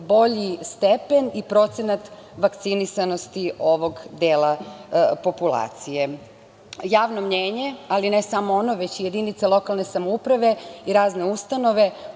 bolji stepen i procenat vakcinisanosti ovog dela populacije. Javno mnjenje, ali ne samo ono već i jedinice lokalne samouprave i razne ustanove,